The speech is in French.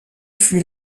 fut